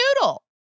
noodle